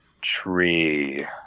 tree